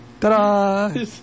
Ta-da